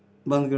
बंद करो